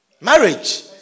Marriage